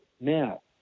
now